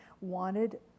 wanted